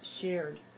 shared